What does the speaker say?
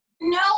No